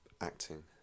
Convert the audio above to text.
acting